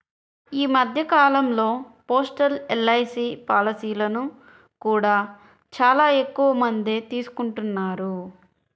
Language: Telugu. ఈ మధ్య కాలంలో పోస్టల్ ఎల్.ఐ.సీ పాలసీలను కూడా చాలా ఎక్కువమందే తీసుకుంటున్నారు